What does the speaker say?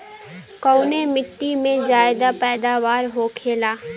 कवने मिट्टी में ज्यादा पैदावार होखेला?